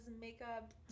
makeup